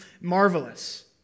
marvelous